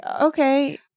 okay